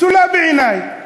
פסולה בעיני.